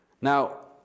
Now